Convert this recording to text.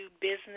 business